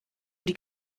die